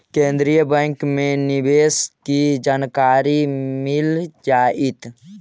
केन्द्रीय बैंक में निवेश की जानकारी मिल जतई